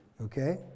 Okay